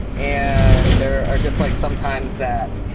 and there are just like sometimes that,